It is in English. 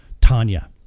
tanya